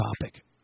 topic